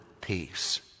peace